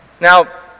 Now